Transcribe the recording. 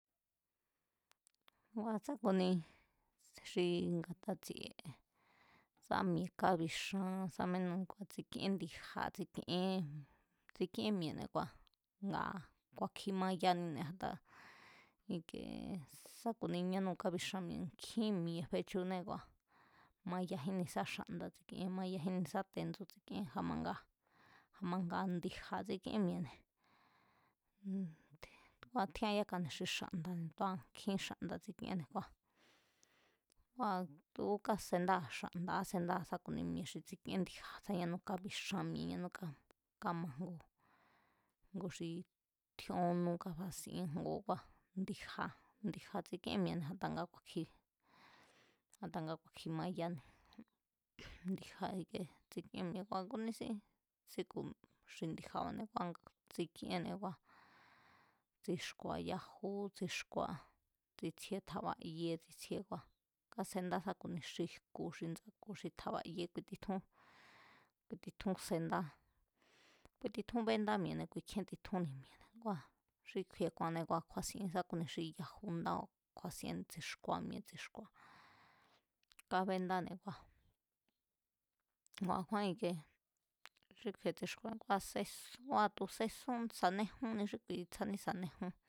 Ngua̱ sá ku̱ni xi nga̱ta tsi̱e̱ sa mi̱e̱ kabixan sá menú ngua̱ tsikién ndíja̱ tsikíén mi̱e̱ne̱ kua̱, ku̱a̱kjin mayanine̱ i̱kee sá ku̱ni ñanúu̱ kábixan nkjín mi̱e̱ fechunee̱ kua̱, mayajínni sa xa̱nda̱ tsi̱kie mayajínni sa tendsu̱ tsi̱kien, a̱manga, a̱manga ndi̱ja̱ tsikíén mi̱e̱ne̱, ngu̱a tjían yakane̱ xi xa̱nda̱ne̱ tu̱a nkjín xa̱nda̱ tsikíenne̱ kua̱, ku̱u̱ tu̱ú kasendáa̱ xa̱nda̱, kásendáa̱ sá ku̱ni mi̱e̱ xi tsikíén ndi̱ja̱ anú kabixan mi̱e̱ yanú kámajngu, ngu xi tjíón nú kafasien ndi̱ja̱, ndi̱ja̱ tsikíén mi̱e̱ne̱ a̱ta nga ku̱a̱kji, a̱ta nga ku̱a̱kji mayani, ndíja̱ ikie tsikíen mi̱e̱ ngua̱ kúnísín si̱ku̱ xi ndi̱ja̱ba̱ne̱ kua̱ nga tsikíénne̱ ngúa̱ tsi̱xku̱a̱ya a̱ngú tsixkúáa̱, tsitsjíé tja̱ba̱ ye tsitsjíe kua̱ kásendá sá ku̱ni xi jku̱ xi ndsa̱ku̱ xi tja̱ba̱ ye kui titjún, kui titjún sendá, kui titjún bénda mi̱e̱ne̱ kui kjíen titjunni mi̱e̱ne̱ ngua̱ xi kju̱i̱e̱ ku̱a̱ne̱ kju̱a̱sien sá kuni xi yaju ndaba̱ kju̱a̱sien, tsi̱xku̱a̱ mi̱e̱ tsi̱xku̱a̱ kábendáne̱ kua̱, kua̱ a̱kjúán ikie xi kju̱i̱e̱ tsi̱xku̱a̱ kua̱ sesu, kua̱ tu̱ sesún, sa̱nejúnni xí kui, tsjáne sa̱nejún